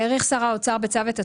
(2) האריך שר האוצר בצו את התקופה,